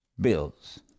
bills